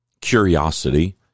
curiosity